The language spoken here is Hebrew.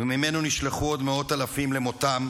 וממנו נשלחו עוד מאות אלפים למותם,